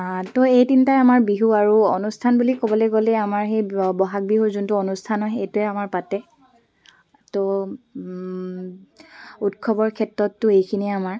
তো এই তিনটাই আমাৰ বিহু আৰু অনুষ্ঠান বুলি ক'বলে গ'লে আমাৰ সেই বহাগ বিহুৰ যোনটো অনুষ্ঠান হয় সেইটোৱে আমাৰ পাতে তো উৎসৱৰ ক্ষেত্ৰততো এইখিনিয়ে আমাৰ